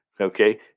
okay